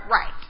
right